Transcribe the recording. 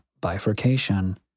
bifurcation